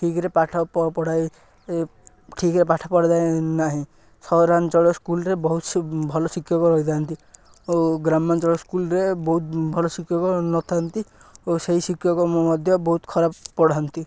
ଠିକରେ ପାଠ ପଢ଼ାଇ ଠିକରେ ପାଠ ପଢ଼ାଯାଏ ନାହିଁ ସହରାଞ୍ଚଳ ସ୍କୁଲରେ ବହୁତ ଭଲ ଶିକ୍ଷକ ରହିଥାନ୍ତି ଓ ଗ୍ରାମାଞ୍ଚଳ ସ୍କୁଲରେ ବହୁତ ଭଲ ଶିକ୍ଷକ ନଥାନ୍ତି ଓ ସେଇ ଶିକ୍ଷକ ମଧ୍ୟ ବହୁତ ଖରାପ ପଢ଼ାନ୍ତି